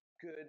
good